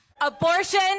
Abortion